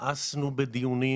מאסנו בדיונים,